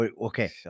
Okay